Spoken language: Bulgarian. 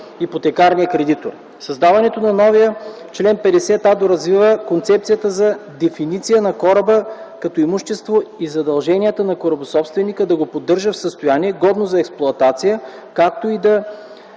ипотекарния кредитор. Създаването на новия чл. 50а доразвива концепцията за дефиниция на кораба като имущество и задълженията на корабособственика да го поддържа в състояние, годно за експлоатация, както и да